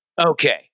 Okay